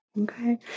Okay